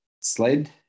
sled